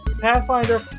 Pathfinder